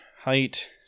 height